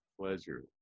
Pleasure